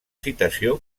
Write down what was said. citació